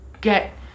get